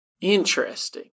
Interesting